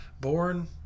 born